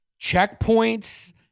checkpoints